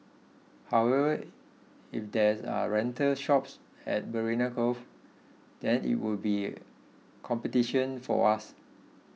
however if there are rental shops at Marina Cove then it would be competition for us